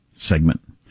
segment